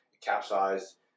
capsized